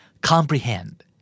Comprehend